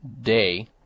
day